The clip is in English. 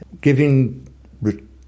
Giving